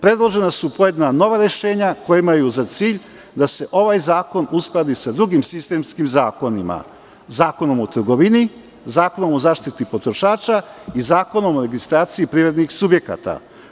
Predložena su nova rešenja koja imaju za cilj da se ovaj zakon uskladi sa drugim sistemskim zakonima, Zakonom o trgovini, Zakonom o zaštiti potrošača i Zakonomo registraciji privrednih subjekata.